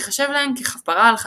שתחשב להם ככפרה על חטאיהם.